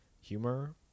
humor